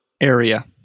area